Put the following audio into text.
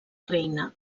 reina